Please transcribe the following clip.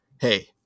Hey